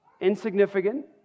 insignificant